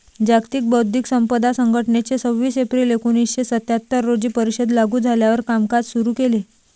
जागतिक बौद्धिक संपदा संघटनेने सव्वीस एप्रिल एकोणीसशे सत्याहत्तर रोजी परिषद लागू झाल्यावर कामकाज सुरू केले